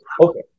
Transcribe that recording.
Okay